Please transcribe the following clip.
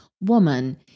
Woman